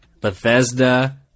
Bethesda